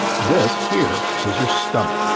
this here is your stomach.